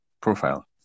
profile